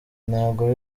ntabwo